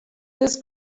this